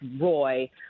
Roy